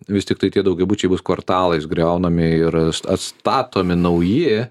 vis tiktai tie daugiabučiai bus kvartalais griaunami ir atstatomi nauji